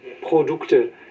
Produkte